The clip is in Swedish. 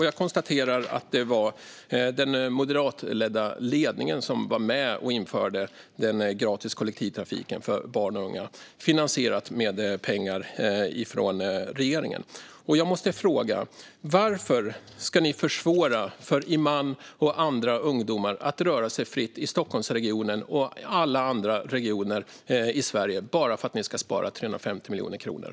Jag konstaterar att det var moderatledningen där som var med och införde denna gratis kollektivtrafik för barn och unga, som finansierades med pengar från regeringen. Jag måste fråga: Varför ska ni försvåra för Iman och andra ungdomar att röra sig fritt i Stockholmsregionen och alla andra regioner i Sverige bara för att ni ska spara 350 miljoner kronor?